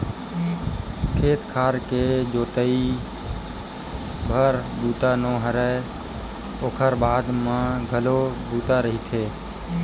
खेत खार के जोतइच भर ह बूता नो हय ओखर बाद म घलो बूता रहिथे